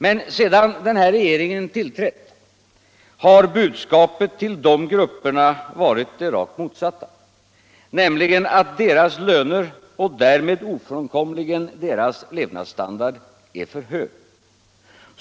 Men sedan den här regeringen tillträtt har budskapet till de grupperna varit det rakt motsatta, nämligen att deras löner och därmed ofrånkomligen deras levnadsstandard är för hög.